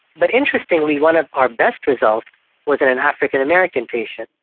but interestingly one of our best results was an an african american patient.